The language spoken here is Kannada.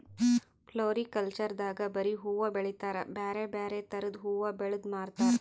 ಫ್ಲೋರಿಕಲ್ಚರ್ ದಾಗ್ ಬರಿ ಹೂವಾ ಬೆಳಿತಾರ್ ಬ್ಯಾರೆ ಬ್ಯಾರೆ ಥರದ್ ಹೂವಾ ಬೆಳದ್ ಮಾರ್ತಾರ್